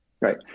Right